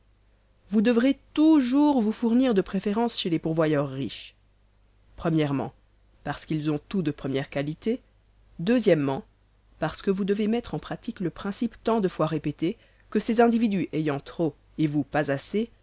vous devrez toujours vous fournir de préférence chez les pourvoyeurs riches o parce qu'ils ont tout de première qualité o parce que vous devez mettre en pratique le principe tant de fois répété que ces individus ayant trop et vous pas assez